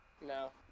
No